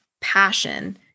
passion